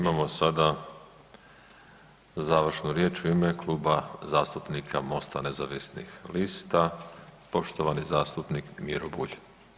Imamo sada završnu riječ u ime Kluba zastupnika MOST-a nezavisnih lista, poštovani zastupnik Miro Bulj.